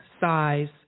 size